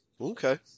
Okay